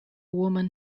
woman